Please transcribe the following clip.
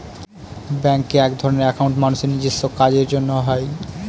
ব্যাঙ্কে একধরনের একাউন্ট মানুষের নিজেস্ব কাজের জন্য হয়